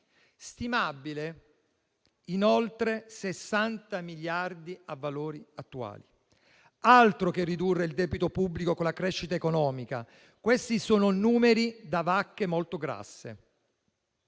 stimabile in oltre 60 miliardi a valori attuali: altro che ridurre il debito pubblico con la crescita economica. Questi sono numeri da vacche molto grasse;